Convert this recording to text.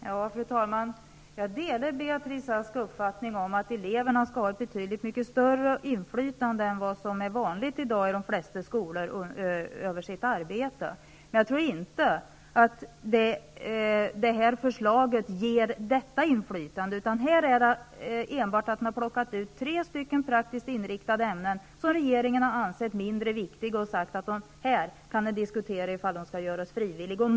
Fru talman! Jag delar Beatrice Asks uppfattning att eleverna skall ha ett betydligt större inflytande över sitt arbete än vad som är vanligt i dag i de flesta skolor, men jag tror inte att det här förslaget ger detta inflytande. Här har man enbart plockat ut tre praktiskt inriktade ämnen, som regeringen har ansett är mindre viktiga, och sagt att det kan diskuteras om de skall göras frivilliga.